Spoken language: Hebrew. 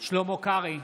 שלמה קרעי,